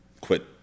quit